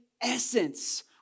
essence